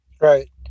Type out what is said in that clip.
right